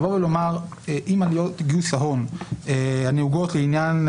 לבוא ולומר: אם עלויות גיוס ההון הנהוגות לעניינים